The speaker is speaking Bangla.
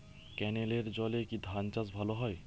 ক্যেনেলের জলে কি ধানচাষ ভালো হয়?